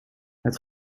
het